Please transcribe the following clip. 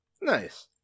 Nice